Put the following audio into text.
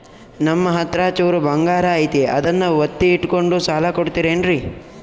ನಮ್ಮಹತ್ರ ಚೂರು ಬಂಗಾರ ಐತಿ ಅದನ್ನ ಒತ್ತಿ ಇಟ್ಕೊಂಡು ಸಾಲ ಕೊಡ್ತಿರೇನ್ರಿ?